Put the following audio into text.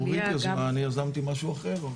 זו רות יזמה, אני יזמתי משהו אחר.